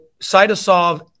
Cytosolve